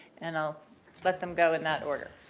and i'll let them go in that order.